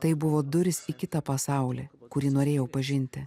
tai buvo durys į kitą pasaulį kurį norėjau pažinti